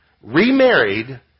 remarried